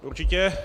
Určitě.